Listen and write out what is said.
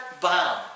bomb